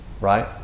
Right